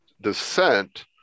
descent